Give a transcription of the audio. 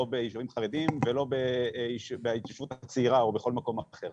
לא ביישובים חרדים ולא בהתיישבות הצעירה או בכל מקום אחר.